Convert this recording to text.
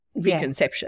reconception